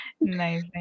nice